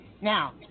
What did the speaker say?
Now